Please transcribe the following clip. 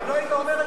אם לא היית אומר,